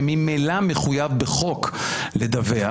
שממילא מחויב בחוק לדווח,